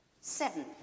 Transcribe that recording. Seven